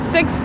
Six